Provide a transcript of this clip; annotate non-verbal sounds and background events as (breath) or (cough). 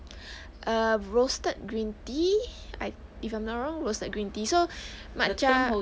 (breath) err roasted green tea I th~ if I'm not wrong roasted green tea so matcha